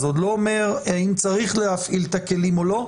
זה עוד לא אומר אם צריך להפעיל את הכלים או לא,